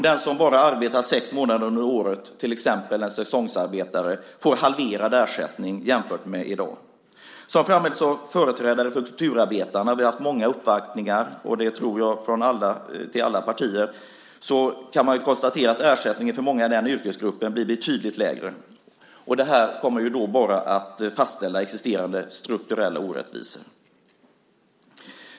Den som bara arbetar sex månader under året, till exempel en säsongsarbetare, får halverad ersättning jämfört med i dag. Som framhållits av företrädare för kulturarbetarna - vi har haft många uppvaktningar och det har säkert alla partier haft - blir ersättningen för många i den yrkesgruppen betydligt lägre. Detta kommer att befästa existerande strukturella orättvisor.